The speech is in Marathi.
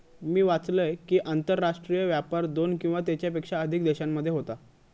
मी वाचलंय कि, आंतरराष्ट्रीय व्यापार दोन किंवा त्येच्यापेक्षा अधिक देशांमध्ये होता